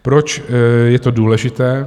Proč je to důležité?